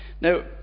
Now